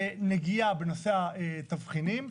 מלנגוע בנושא התבחינים.